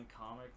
comic